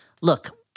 Look